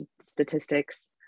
statistics